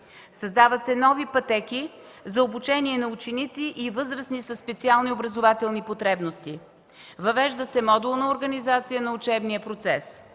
Създават се нови пътеки за обучение на ученици и възрастни със специални образователни потребности. Въвежда се модулна организация на учебния процес.